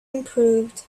improved